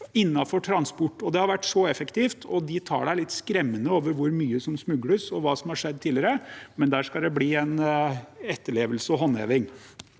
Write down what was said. innenfor transport. Det har vært så effektivt. De tallene er litt skremmende når det gjelder hvor mye som smugles, og hva som har skjedd tidligere, men der skal det bli en etterlevelse og håndheving.